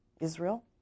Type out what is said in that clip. Israel